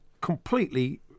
completely